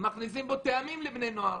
מכניסים בו טעמים לבני נוער,